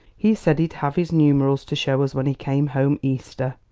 he said he'd have his numerals to show us when he came home easter.